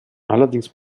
allerdings